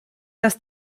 dass